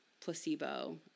placebo